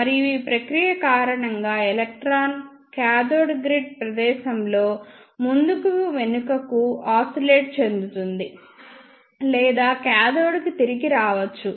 మరియు ఈ ప్రక్రియ కారణంగా ఎలక్ట్రాన్ కాథోడ్ గ్రిడ్ ప్రదేశంలో ముందుకు వెనుకకు ఆసిలేట్ చెందుతుంది లేదా కాథోడ్కు తిరిగి రావచ్చు